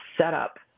setup